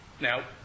Now